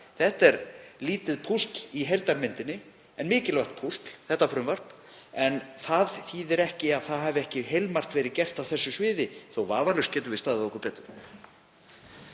Þetta er lítið púsl í heildarmyndinni en mikilvægt púsl, þetta frumvarp, en það þýðir ekki að það hafi ekki heilmargt verið gert á þessu sviði þótt vafalaust getum við staðið okkur betur.